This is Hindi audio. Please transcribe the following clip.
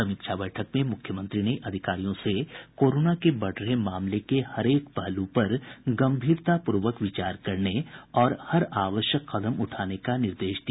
समीक्षा बैठक में मुख्यमंत्री ने अधिकारियों से कोरोना के बढ़ रहे मामले के हरेक पहलु पर गंभीरतापूर्वक विचार करने और हर आवश्यक कदम उठाने का निर्देश दिया